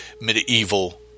medieval